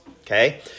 okay